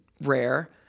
rare